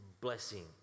blessing